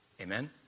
Amen